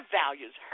values